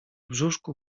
brzuszku